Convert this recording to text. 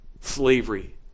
slavery